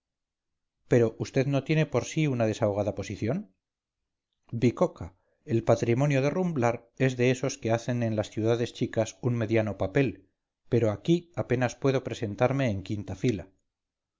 pero vd no tiene por sí una desahogada posición bicoca el patrimonio de rumblar es de esos que hacen en las ciudades chicas un mediano papel pero aquí apenas puedo presentarme en quinta fila